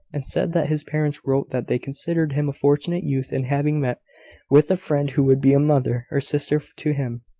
and said that his parents wrote that they considered him a fortunate youth in having met with a friend who would be a mother or sister to him,